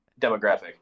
demographic